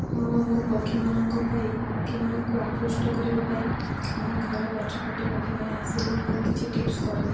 ହଁ ମୁଁ ପକ୍ଷୀମାନଙ୍କ ପାଇଁ ପକ୍ଷୀମାନଙ୍କୁ ଆକୃଷ୍ଟ କରିବା ପାଇଁ ଆମ ଘର ପଛପଟେ ପକ୍ଷୀମାନେ ଆସିଲେ ମୁଁ କିଛି ଟିପ୍ସ କରେ